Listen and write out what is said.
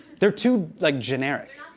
they're too, like, generic.